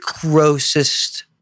grossest